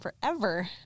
forever